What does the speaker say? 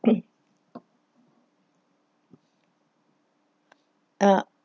uh